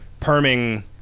perming